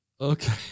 Okay